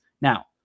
now